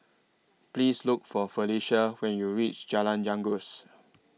Please Look For Felisha when YOU REACH Jalan Janggus